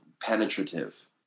penetrative